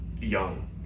young